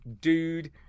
dude